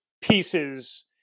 pieces